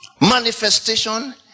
Manifestation